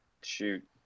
shoot